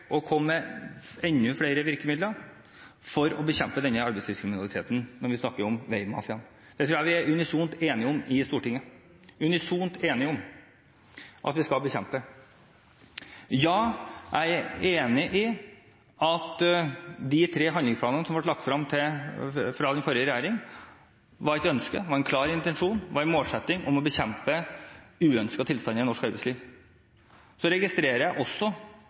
med enda flere virkemidler for å bekjempe denne arbeidslivskriminaliteten, når vi snakker om veimafiaen. Det tror jeg vi er unisont enige om i Stortinget – unisont enige om at vi skal bekjempe. Punkt 3: Ja, jeg er enig i at de tre handlingsplanene som ble lagt frem av den forrige regjeringen, var et ønske, var en klar intensjon, var en målsetting om å bekjempe uønskede tilstander i norsk arbeidsliv. Så registrerer jeg også,